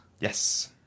Yes